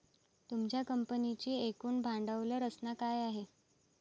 तुमच्या कंपनीची एकूण भांडवल रचना काय आहे?